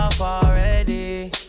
Already